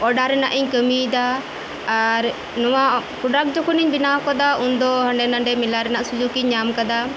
ᱚᱨ ᱰᱟᱨ ᱨᱮᱱᱟᱜ ᱤᱧ ᱠᱟᱹᱢᱤᱭᱮᱫᱟ ᱟᱨ ᱱᱚᱣᱟ ᱯᱚᱰᱟᱠ ᱡᱚᱠᱷᱚᱱᱤᱧ ᱵᱮᱱᱟᱣ ᱟᱠᱟᱫᱟ ᱩᱱᱫᱚ ᱦᱟᱸᱰᱮ ᱱᱟᱰᱮ ᱢᱮᱞᱟᱨᱮᱱᱟᱜ ᱥᱩᱡᱚᱠ ᱤᱧ ᱧᱟᱢ ᱟᱠᱟᱫᱟ